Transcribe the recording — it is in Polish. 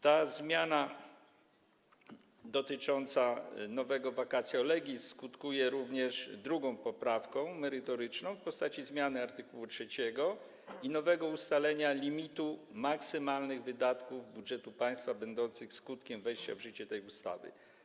Ta zmiana dotycząca nowego vacatio legis skutkuje również drugą poprawką merytoryczną w postaci zmiany art. 3 i nowego ustalenia limitu maksymalnych wydatków budżetu państwa będących skutkiem wejścia w życie tej ustawy.